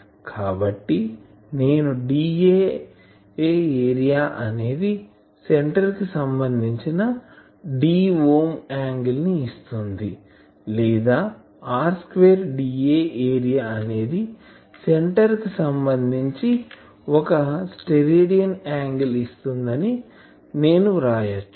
కాబట్టి నేను dA area అనేది సెంటర్ కి సంబంధించి d యాంగిల్ ని ఇస్తుంది లేదా r స్క్వేర్ dA ఏరియా అనేది సెంటర్ కి సంబంధించి ఒక స్టెరేడియన్ యాంగిల్ ఇస్తుంది అని నేను వ్రాయచ్చు